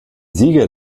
sieger